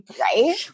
Right